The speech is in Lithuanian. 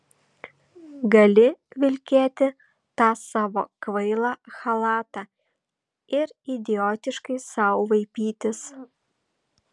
gali vilkėti tą savo kvailą chalatą ir idiotiškai sau vaipytis